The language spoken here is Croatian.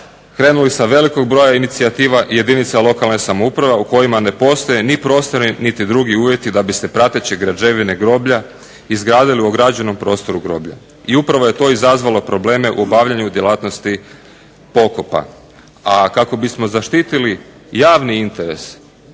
krenuli sa velikog broja inicijativa i jedinica lokalne samouprave, a u kojima ne postoje ni prostori, niti drugi uvjeti da bi se prateće građevine, groblja izgradili u ograđenom prostoru groblja. I upravo je to izazvalo probleme u obavljanju djelatnosti pokopa. A kako bismo zaštitili javni interes